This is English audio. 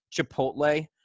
chipotle